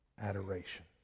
Adoration